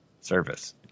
service